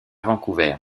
vancouver